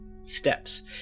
steps